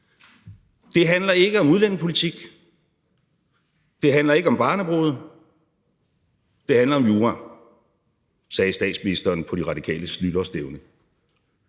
Det handler ikke om udlændingepolitik, det handler ikke om barnebrude, det handler om jura, sagde statsministeren på De Radikales nytårsstævne.